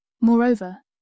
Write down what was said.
Moreover